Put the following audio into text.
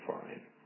fine